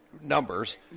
numbers